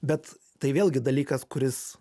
bet tai vėlgi dalykas kuris